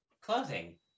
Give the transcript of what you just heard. clothing